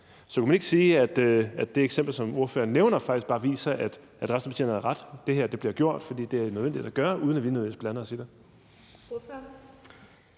Så kunne man ikke sige, at det eksempel, som ordføreren nævner, faktisk bare viser, at resten af partierne havde ret? For det her bliver gjort, fordi det er nødvendigt at gøre, uden at vi nødvendigvis blander os i det. Kl.